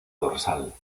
dorsal